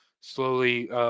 slowly